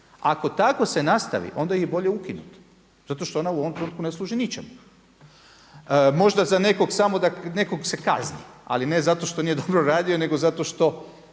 Ako tako se nastavi onda ju je bolje ukinuti zato što ona u ovom trenutku ne služi ničemu. Možda za nekog, samo da nekog se kazni ali ne zato što nije dobro radio nego zašto što